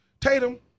Tatum